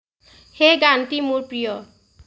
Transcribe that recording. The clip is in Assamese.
সেই গানটি মোৰ প্ৰিয়